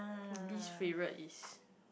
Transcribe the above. least favorite is